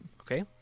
Okay